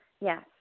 Yes